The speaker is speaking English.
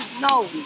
no